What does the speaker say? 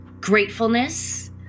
gratefulness